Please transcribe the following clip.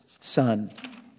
son